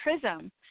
prism